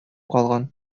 калган